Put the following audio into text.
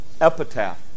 epitaph